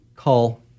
call